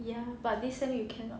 ya but this sem you cannot